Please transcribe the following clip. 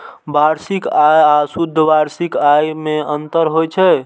वार्षिक आय आ शुद्ध वार्षिक आय मे अंतर होइ छै